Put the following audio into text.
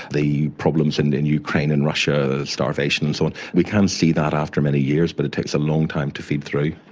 the problems and in the ukraine in russia, starvation and so on, we can see that after many years but it takes a long time to feed through.